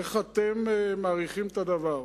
איך אתם מעריכים את הדבר.